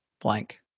blank